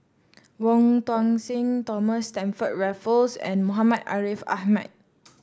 Wong Tuang Seng Thomas Stamford Raffles and Muhammad Ariff Ahmad